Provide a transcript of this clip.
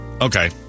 Okay